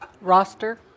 Roster